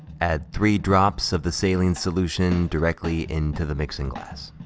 add three drops of the saline solution directly into the mixing glass.